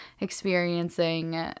experiencing